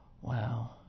Wow